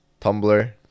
Tumblr